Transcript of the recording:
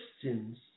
Christians